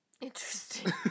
Interesting